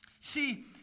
See